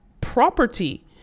property